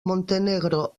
montenegro